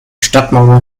stadtmauer